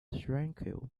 tranquil